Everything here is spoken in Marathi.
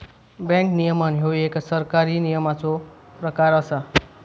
बँक नियमन ह्यो एक सरकारी नियमनाचो प्रकार असा